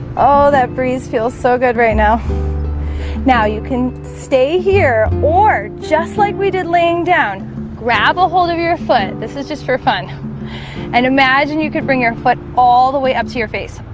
oh that breeze feels so good right now now you can stay here or just like we did laying down grab ahold of your foot. this is just for fun and imagine you could bring your foot all the way up to your face